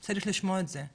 צריך לשמוע את זה,